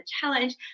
challenge